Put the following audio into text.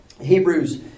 Hebrews